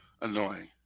annoying